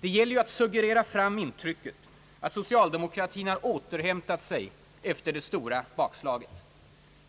Det gäller ju att suggerera fram intrycket att socialdemokratin har återhämtat sig efter det stora bakslaget.